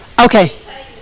Okay